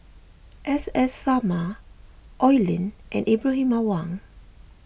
S S Sarma Oi Lin and Ibrahim Awang